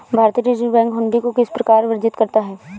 भारतीय reserve bank हुंडी को किस प्रकार वर्णित करता है?